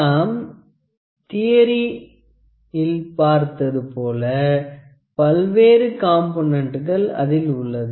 நாம் தியரியில் பார்த்தது போல பல்வேறு காம்பொனன்ட்கள் அதில் உள்ளது